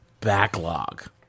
backlog